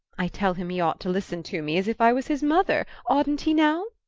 i tell him he ought to listen to me as if i was his mother oughtn't he now?